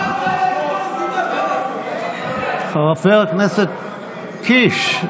חבר הכנסת קיש.